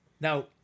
Now